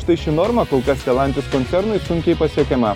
štai ši norma kol kas stelantis koncernui sunkiai pasiekiama